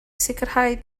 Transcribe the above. sicrhau